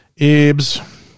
Ebs